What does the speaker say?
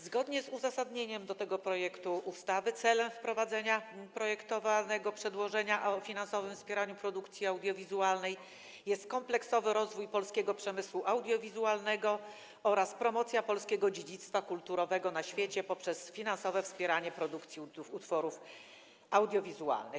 Zgodnie z uzasadnieniem tego projektu ustawy celem wprowadzenia projektowanego przedłożenia o finansowym wspieraniu produkcji audiowizualnej jest kompleksowy rozwój polskiego przemysłu audiowizualnego oraz promocja polskiego dziedzictwa kulturowego na świecie poprzez finansowe wspieranie produkcji utworów audiowizualnych.